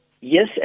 yes